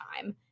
time